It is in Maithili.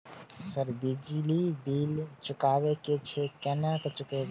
सर बिजली बील चुकाबे की छे केना चुकेबे?